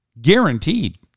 Guaranteed